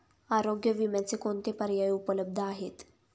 आरोग्य विम्याचे कोणते पर्याय उपलब्ध आहेत?